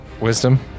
Wisdom